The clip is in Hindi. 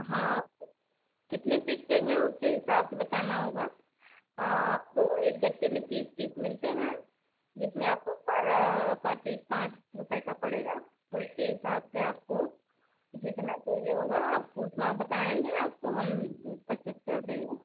हाँ आपको कितने पीस चाहिए उसके हिसाब से बताना होगा आपको एक गत्ते में तीस तीस मिलते हैं जिसमें आपको पर पर पीस पाँच रुपया का पड़ेगा तो उसके हिसाब से आपको जितना चाहिए होगा आप उतना आप बताएँगे आपको हम परचेस कर देंगे